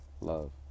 love